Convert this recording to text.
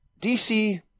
DC